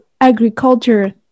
agriculture